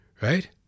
Right